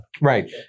Right